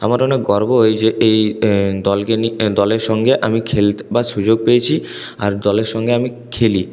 আমার অনেক গর্ব হয় যে এই দলকে নিয়ে দলের সঙ্গে আমি খেলতে বা সুযোগ পেয়েছি আর দলের সঙ্গে আমি খেলি